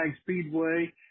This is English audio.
Speedway